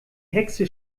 hexe